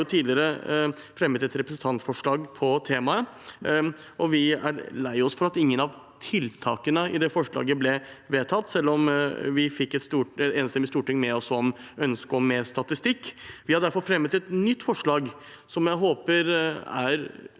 har tidligere fremmet et representantforslag om temaet, og vi er lei oss for at ingen av tiltakene i det forslaget ble vedtatt, selv om vi fikk et enstemmig storting med oss i ønsket om mer statistikk. Vi har derfor fremmet et nytt forslag, som jeg håper er